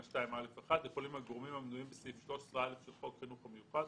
2(א)(1) יכולים הגורמים המנויים בסעיף 13(א) של חוק חינוך מיוחד,